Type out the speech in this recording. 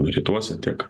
rytuose tiek